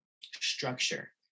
structure